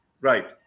Right